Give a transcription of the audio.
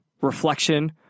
reflection